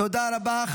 תודה רבה.